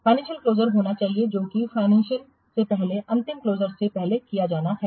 वित्तीय क्लोजर होना चाहिए जो कि फाइनेंशियल से पहले अंतिम क्लोजर से पहले किया जाना है